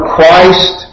Christ